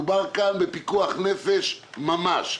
מדובר בפיקוח נפש ממש.